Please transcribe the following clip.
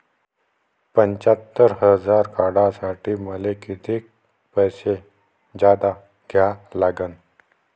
पंच्यात्तर हजार काढासाठी मले कितीक पैसे जादा द्या लागन?